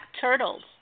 turtles